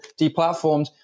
deplatformed